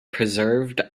preserved